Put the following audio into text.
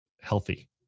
healthy